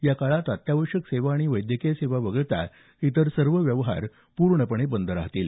या काळात अत्यावश्यक सेवा आणि वैद्यकीय सेवा वगळता इतर सर्व व्यवहार पूर्णपणे बंद राहणार आहेत